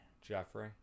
Jeffrey